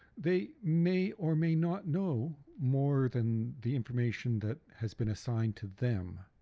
they may or may not know more than the information that has been assigned to them.